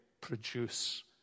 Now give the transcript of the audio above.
produce